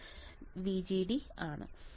അത് VGD ആണ്